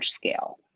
scale